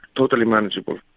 totally manageable.